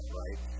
right